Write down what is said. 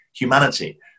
Humanity